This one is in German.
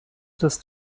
dass